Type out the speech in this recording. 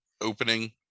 opening